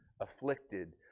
afflicted